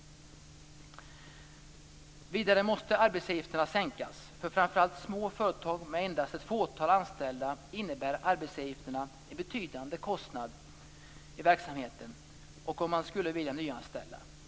Vidare måste arbetsgivaravgifterna sänkas. För framför allt små företag med endast ett fåtal anställda innebär arbetsgivaravgifterna en betydande kostnad i verksamheten och om man skulle vilja nyanställa.